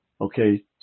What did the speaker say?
okay